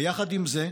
ויחד עם זה,